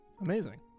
Amazing